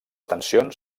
tensions